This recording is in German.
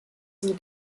sie